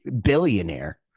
billionaire